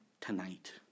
tonight